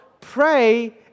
pray